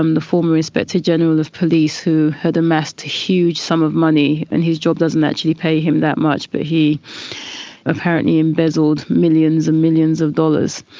um the former inspector general of police who had amassed a huge sum of money, and his job doesn't actually pay him that much, but he apparently embezzled millions and millions of dollars.